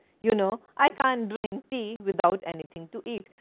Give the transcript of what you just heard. you know, i cannot drink tea without anything to eat.